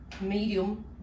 medium